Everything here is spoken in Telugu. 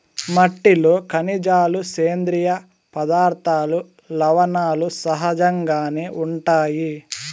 మట్టిలో ఖనిజాలు, సేంద్రీయ పదార్థాలు, లవణాలు సహజంగానే ఉంటాయి